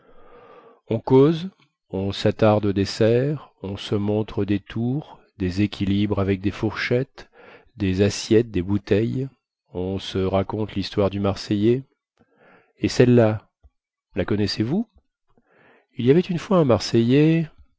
on cause on sattarde au dessert on se montre des tours des équilibres avec des fourchettes des assiettes des bouteilles on se raconte lhistoire du marseillais et celle-là la connaissez-vous il y avait une fois un marseillais